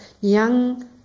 young